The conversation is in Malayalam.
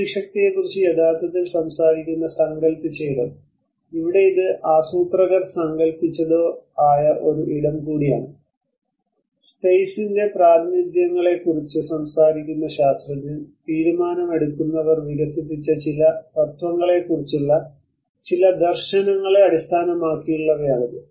ബുദ്ധിശക്തിയെക്കുറിച്ച് യഥാർത്ഥത്തിൽ സംസാരിക്കുന്ന സങ്കൽപ്പിച്ച ഇടം ഇവിടെ ഇത് ആസൂത്രകർ സങ്കൽപ്പിച്ചതോ ആയ ഒരു ഇടം കൂടിയാണ് സ്പെയ്സ്ൻന്റെ പ്രാതിനിധ്യങ്ങളെക്കുറിച്ച് സംസാരിക്കുന്ന ശാസ്ത്രജ്ഞൻ തീരുമാനമെടുക്കുന്നവർ വികസിപ്പിച്ച ചില തത്വങ്ങളെക്കുറിച്ചുള്ള ചില ദർശനങ്ങളെ അടിസ്ഥാനമാക്കിയുള്ളവയാണിത്